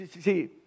See